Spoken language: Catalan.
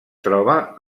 troba